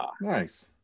nice